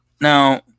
Now